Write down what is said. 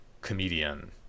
comedian